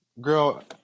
Girl